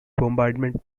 bombardment